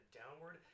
downward